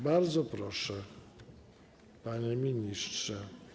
Bardzo proszę, panie ministrze.